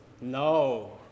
no